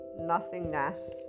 nothingness